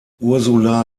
ursula